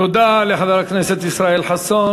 תודה לחבר הכנסת ישראל חסון.